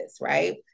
right